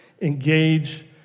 engage